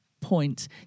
point